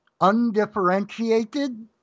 undifferentiated